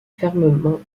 fermement